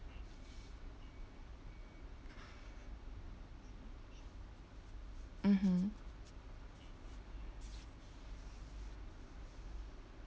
mmhmm